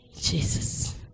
Jesus